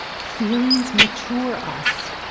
feelings mature us.